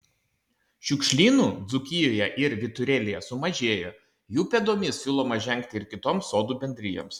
šiukšlynų dzūkijoje ir vyturėlyje sumažėjo jų pėdomis siūloma žengti ir kitoms sodų bendrijoms